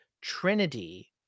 Trinity